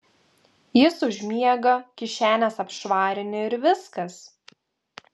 jis užmiega kišenes apšvarini ir viskas